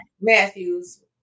matthews